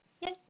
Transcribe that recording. yes